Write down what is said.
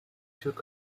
took